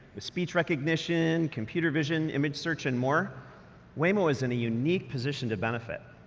with speech recognition, computer vision, image search, and more waymo was in a unique position to benefit.